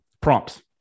prompts